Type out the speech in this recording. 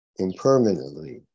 impermanently